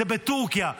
זה בטורקיה.